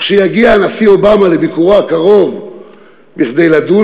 וכשיגיע הנשיא אובמה לביקורו הקרוב כדי לדון